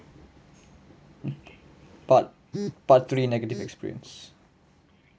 part part three negative experience